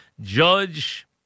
Judge